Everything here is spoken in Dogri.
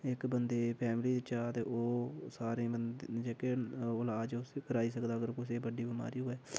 इक बंदे गी फैमली बिच्चा ते ओह् सारे बंदे जेह्के ओह् इलाज उसी कराई सकदा अगर कुसै गी बड्डी बमारी होऐ